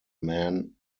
man